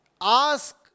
ask